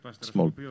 small